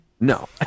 No